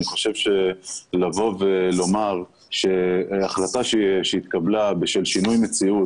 לומר שהחלטה שהתקבלה בשל שינוי מציאות